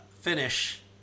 finish